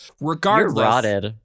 Regardless